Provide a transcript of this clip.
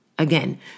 Again